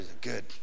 good